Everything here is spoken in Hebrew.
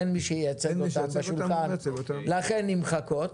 אין מי שייצג אותם ליד השולחן ולכן הן נמחקות.